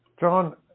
John